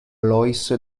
lois